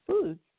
foods